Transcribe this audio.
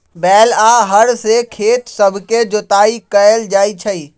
बैल आऽ हर से खेत सभके जोताइ कएल जाइ छइ